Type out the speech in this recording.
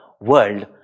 world